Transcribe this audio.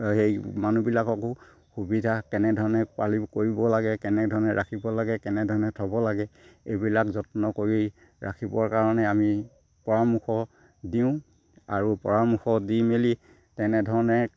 সেই মানুহবিলাককো সুবিধা কেনেধৰণে কৰিব লাগে কেনেধৰণে ৰাখিব লাগে কেনেধৰণে থ'ব লাগে এইবিলাক যত্ন কৰি ৰাখিবৰ কাৰণে আমি পৰামৰ্শ দিওঁ আৰু পৰামৰ্শ দি মেলি তেনেধৰণে